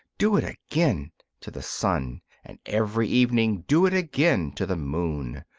do it again to the sun and every evening, do it again to the moon.